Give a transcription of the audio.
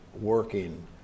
working